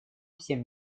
всем